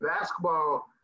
Basketball